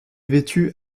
vêtue